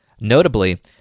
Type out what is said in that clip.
Notably